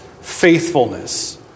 faithfulness